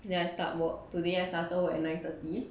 then I start work today I started work at nine thirty